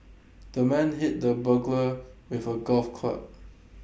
the man hit the burglar with A golf club